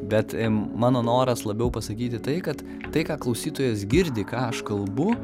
bet mano noras labiau pasakyti tai kad tai ką klausytojas girdi ką aš kalbu